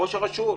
לראש הרשות.